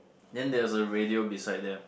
then there's a radio beside them